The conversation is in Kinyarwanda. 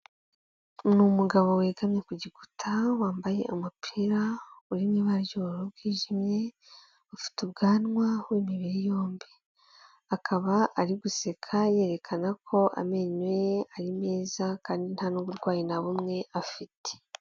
Ni umugabo wegamye ku gikuta wambaye umupira urimo ibara ry'uburu bwijimye ufite ubwanwa w'imibiri yombi, akaba ari guseka yerekana ko amenyo ye ari meza kandi nta n'uburwayi na bumwe afite.